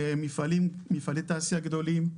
מפעלי תעשייה גדולים,